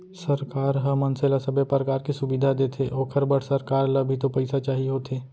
सरकार ह मनसे ल सबे परकार के सुबिधा देथे ओखर बर सरकार ल भी तो पइसा चाही होथे